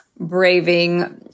braving